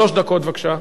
שלוש דקות בבקשה.